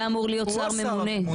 היה אמור להיות שר ממונה.